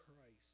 Christ